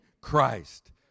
Christ